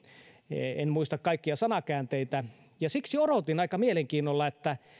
en muista kaikkia sanankäänteitä siksi odotin aika mielenkiinnolla että